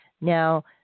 Now